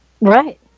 Right